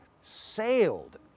sailed